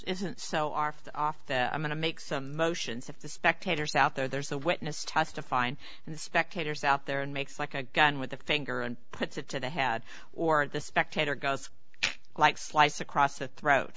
isn't so are off the i'm going to make some motions of the spectators out there there's a witness testifying and the spectators out there and makes like a gun with the finger and puts it to the head or the spectator goes like slice across the throat